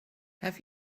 have